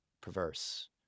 perverse